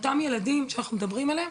אותם ילדים שאנחנו מדברים עליהם,